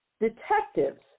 detectives